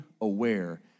aware